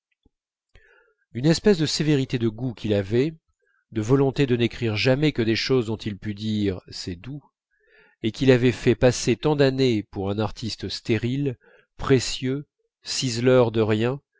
une espèce de sévérité de goût qu'il avait de volonté de n'écrire jamais que des choses dont il pût dire c'est doux et qui l'avait fait passer tant d'années pour un artiste stérile précieux ciseleur de riens